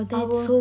our